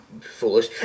foolish